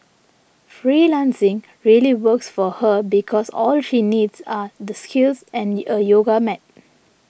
freelancing really works for her because all she needs are the skills and a yoga mat